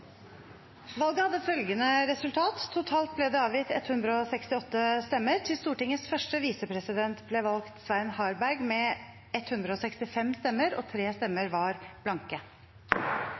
Valget hadde dette resultat: Det ble avgitt totalt 168 stemmer. Til Stortingets første visepresident ble valgt Svein Harberg med 165 stemmer.